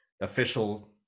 official